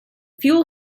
fuel